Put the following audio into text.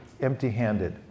empty-handed